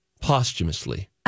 Posthumously